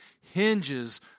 hinges